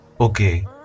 Okay